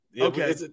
Okay